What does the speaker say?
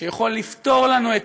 עוצר את התנועה,